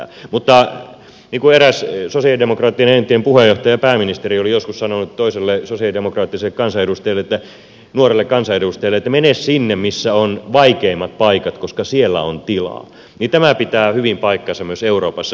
niin kuin eräs sosialidemokraattien entinen puheenjohtaja ja pääministeri oli joskus sanonut toiselle sosialidemokraattiselle kansanedustajalle nuorelle kansanedustajalle että mene sinne missä on vaikeimmat paikat koska siellä on tilaa niin tämä pitää hyvin paikkansa myös euroopassa